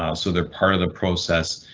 um so they're part of the process